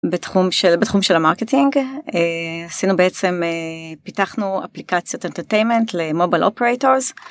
בתחום של בתחום של המרקטינג עשינו בעצם פיתחנו אפליקציות entertainments ל-mobile operators